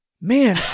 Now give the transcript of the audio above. Man